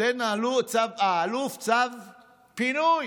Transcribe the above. נותן האלוף צו פינוי.